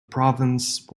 province